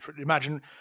imagine